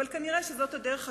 אבל כנראה זאת הדרך הקצרה,